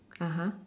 (uh huh)